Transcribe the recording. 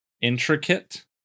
intricate